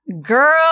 Girl